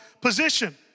position